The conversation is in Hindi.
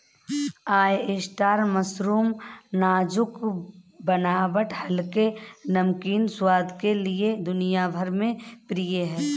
ऑयस्टर मशरूम नाजुक बनावट हल्के, नमकीन स्वाद के लिए दुनिया भर में प्रिय है